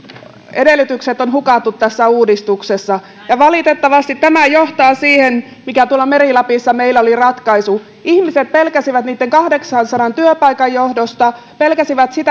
edellytykset on hukattu tässä uudistuksessa ja valitettavasti tämä johtaa siihen mikä tuolla meri lapissa meillä oli ratkaisu ihmiset pelkäsivät niitten kahdeksansadan työpaikan johdosta ja pelkäsivät